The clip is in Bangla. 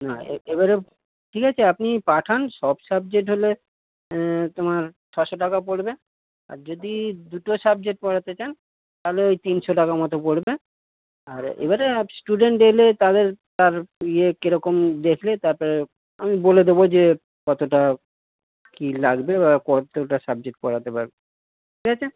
না এ এবারে ঠিক আছে আপনি পাঠান সব সাবজেক্ট হলে তোমার ছশো টাকা পড়বে আর যদি দুটো সাবজেক্ট পড়াতে চান তালে ওই তিনশো টাকা মতো পড়বে আর এবারে স্টুডেন্ট এলে তাদের তার ইয়ে কেরকম দেখলে তারপরে আমি বলে দেবো যে কতটা কী লাগবে বা কতটা সাবজেক্ট পড়াতে পারবো ঠিক আছে